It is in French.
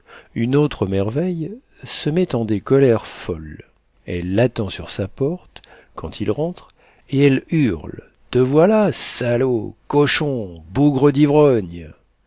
une autre merveille se met en des colères folles elle l'attend sur sa porte quand il rentre et elle hurle te voilà salaud cochon bougre d'ivrogne